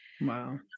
Wow